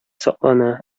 саклана